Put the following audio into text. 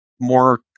more